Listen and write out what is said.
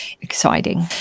exciting